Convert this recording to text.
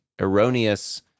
erroneous